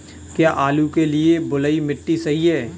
क्या आलू के लिए बलुई मिट्टी सही है?